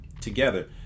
together